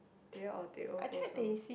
teh or Teh O kosong